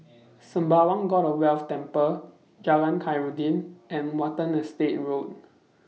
Sembawang God of Wealth Temple Jalan Khairuddin and Watten Estate Road